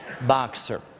boxer